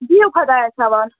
بِہیُو خۄدایَس سوال